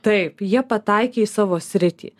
taip jie pataikė į savo sritį